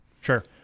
Sure